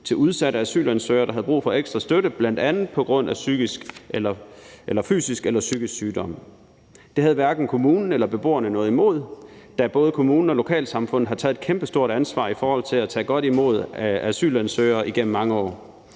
til udsatte asylansøgere, der havde brug for ekstra støtte bl.a. på grund af fysiske eller psykiske sygdomme. Det havde hverken kommunen eller beboerne noget imod, da både kommunen og lokalsamfundet har taget et kæmpestort ansvar i forhold til at tage godt imod asylansøgere igennem mange år.